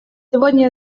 сегодня